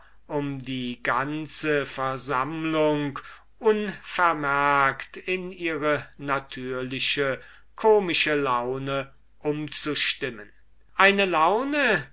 um die ganze versammlung unvermerkt in ihre natürliche komische laune umzustimmen eine